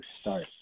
start